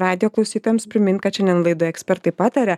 radijo klausytojams primint kad šiandien laidoje ekspertai pataria